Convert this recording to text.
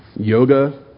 Yoga